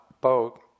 boat